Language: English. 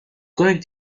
going